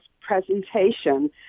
presentation